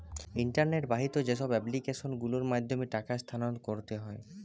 internet বাহিত যেইসব application গুলোর মাধ্যমে টাকা স্থানান্তর করতে হয়